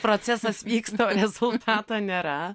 procesas vyksta o rezultato nėra